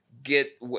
Get